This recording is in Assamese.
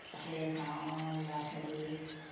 তাতে গাঁৱৰ ল'ৰা ছোৱালী